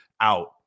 out